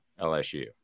lsu